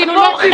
את הציבור.